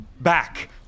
back